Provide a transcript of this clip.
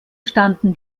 standen